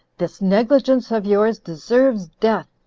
this negligence of yours deserves death,